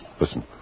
Listen